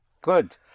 Good